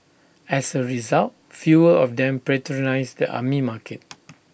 as A result fewer of them patronise the Army Market